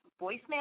voicemail